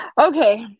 Okay